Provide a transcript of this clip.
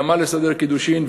גמר לסדר קידושין,